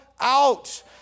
out